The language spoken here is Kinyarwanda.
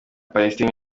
palestine